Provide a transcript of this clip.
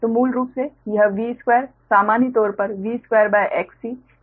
तो मूल रूप से यह V2 सामान्य तौर पर V2Xc Xc1ωc है